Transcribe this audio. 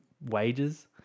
wages